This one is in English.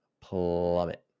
plummet